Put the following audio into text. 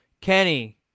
Kenny